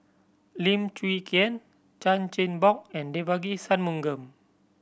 Lim Chwee Chian Chan Chin Bock and Devagi Sanmugam